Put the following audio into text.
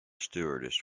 stewardess